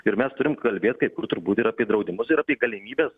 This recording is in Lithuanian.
ir mes turim kalbėt kai kur turbūt ir apie draudimus ir apie galimybes